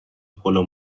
پلو